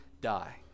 die